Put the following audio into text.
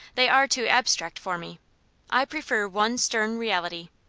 they are too abstract for me i prefer one stern reality.